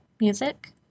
music